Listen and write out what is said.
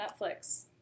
Netflix